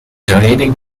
donating